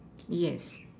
yes